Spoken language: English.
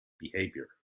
behaviour